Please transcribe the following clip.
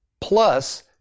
plus